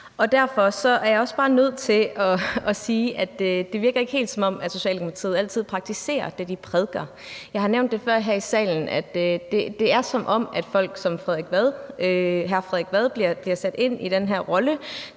Derfor er jeg også bare nødt til at sige, at det ikke helt virker, som om Socialdemokratiet altid praktiserer det, de prædiker. Jeg har nævnt det før her i salen. Det er, som om folk som hr. Frederik Vad bliver sat ind i den her rolle